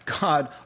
God